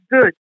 good